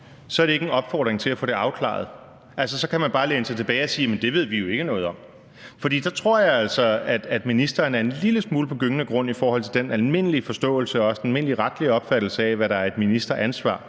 så er det ikke en opfordring til at få det afklaret – så kan man bare læne sig tilbage og sige: Jamen det ved vi jo ikke noget om? For så tror jeg altså, at ministeren er en lille smule på gyngende grund i forhold til den almindelige forståelse og også den almindelige retlige opfattelse af, hvad der er et ministeransvar.